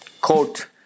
court